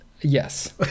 Yes